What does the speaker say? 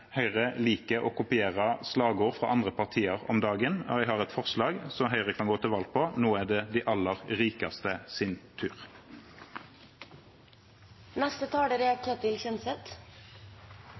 Høyre liker å kopiere slagord fra andre partier om dagen, og jeg har et forslag som Høyre kan gå til valg på: Nå er det de aller rikeste sin